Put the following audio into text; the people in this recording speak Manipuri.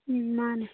ꯎꯝ ꯃꯥꯅꯦ